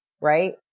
right